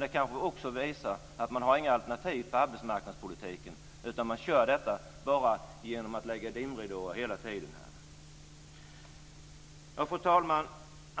Det kanske visar att de inte har något alternativ till arbetsmarknadspolitiken. I stället lägger de hela tiden ut dimridåer. Fru talman!